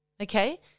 Okay